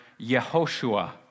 Yehoshua